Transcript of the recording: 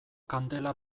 kandela